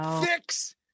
fix